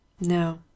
No